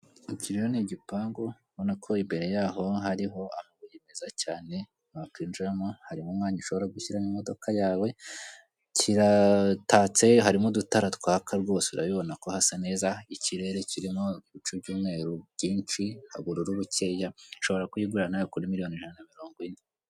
Iki rero ni igipangu urabona ko imbere y'aho hariho amabuye meza cyane wakinjiramo, harimo umwanya ushobora gushyiramo imodoka yawe, kiratatse harimo udutara twaka rwose urabibona ko hasa neza, ikirere kirimo ibicu by'umweru byinshi ubururu bukeya, ushobora kuyigurira nawe kuri miliyoni ijana na mirongo ine.